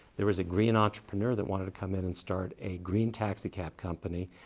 there was a green entrepreneur that wanted to come in and start a green taxicab company,